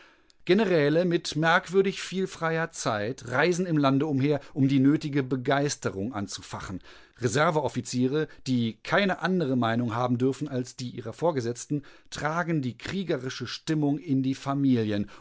generäle mit merkwürdig viel freier zeit reisen im lande umher um die nötige begeisterung anzufachen reserveoffiziere die keine andere meinung haben dürfen als die ihrer vorgesetzten tragen die kriegerische stimmung in die familien